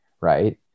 right